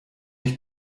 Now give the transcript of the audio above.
ich